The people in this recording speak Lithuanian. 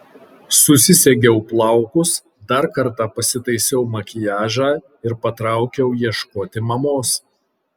susisegiau plaukus dar kartą pasitaisiau makiažą ir patraukiau ieškoti mamos